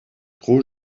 trop